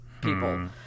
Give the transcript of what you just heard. people